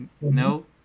No